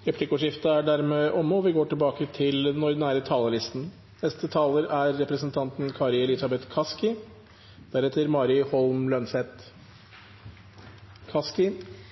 Dermed er replikkordskiftet omme. De talere som heretter får ordet, har en taletid på inntil 3 minutter. Jeg er